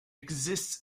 exists